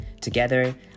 together